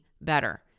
better